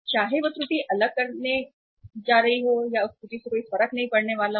चाहे वह त्रुटि अलग करने जा रही हो या उस त्रुटि से कोई फर्क नहीं पड़ने वाला हो